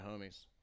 homies